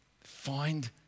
find